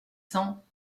cents